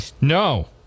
no